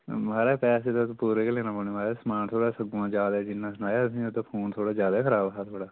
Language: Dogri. महाराज पैसे तुस पूरे गै लेने पौने महाराज समान थोह्ड़ा सग्गोंआ ज्यादा जिन्ना सनाया तुसें ओहदे शा फोन थोह्ड़ा ज्यादा खराब हा थोआढ़ा